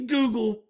Google